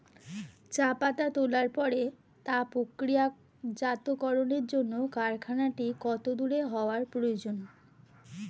চা পাতা তোলার পরে তা প্রক্রিয়াজাতকরণের জন্য কারখানাটি কত দূর হওয়ার প্রয়োজন?